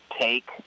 take